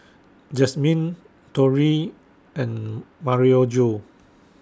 Jasmyne Torry and